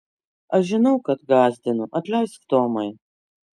aš žinau kad gąsdinu atleisk tomai